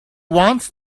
wants